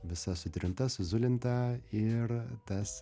visa sutrinta suzulinta ir tas